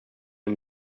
amb